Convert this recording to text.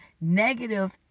negative